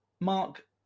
Mark